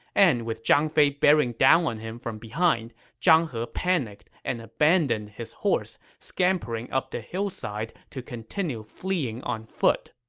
and with zhang fei bearing down on him from behind, zhang he panicked and abandoned his horse, scampering up the hillside to continue fleeing on foot.